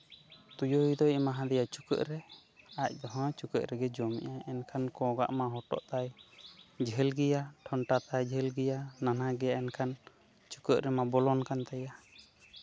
ᱛᱩᱭᱩ ᱫᱚᱭ ᱮᱢᱟ ᱫᱮᱭᱟ ᱪᱩᱠᱟᱹᱜ ᱨᱮ ᱟᱡ ᱦᱚᱸ ᱪᱩᱠᱟᱹᱜ ᱨᱮ ᱡᱚᱢᱮᱜ ᱟᱭ ᱮᱱᱠᱷᱟᱱ ᱠᱚᱜᱼᱟᱜ ᱢᱟ ᱦᱚᱴᱚᱜ ᱛᱟᱭ ᱡᱷᱟᱹᱞ ᱜᱮᱭᱟ ᱴᱷᱚᱱᱴᱟ ᱛᱟᱭ ᱡᱷᱟᱹᱞ ᱜᱮᱭᱟ ᱱᱟᱱᱦᱟ ᱜᱮᱭᱟ ᱮᱱᱠᱷᱟᱱ ᱪᱩᱠᱟᱹᱜ ᱨᱮᱢᱟ ᱵᱚᱞᱚᱜ ᱠᱟᱱ ᱛᱟᱭᱟ